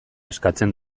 eskatzen